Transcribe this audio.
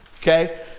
okay